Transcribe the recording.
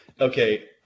okay